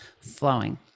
flowing